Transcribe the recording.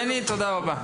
בני, תודה רבה.